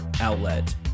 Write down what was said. outlet